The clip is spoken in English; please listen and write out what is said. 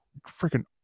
freaking